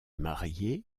mariée